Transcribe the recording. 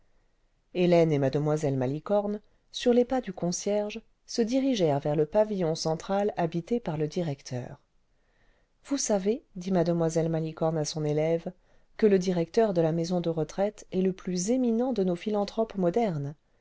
hélène et mle malicorne sur les pas du concierge se dirigèrent vers le pavillon central habité par le directeur ce vous savez dit mje malicorne à son élève que le directeur de lamaison de retraite est le plus éminent de nos philanthropes modernes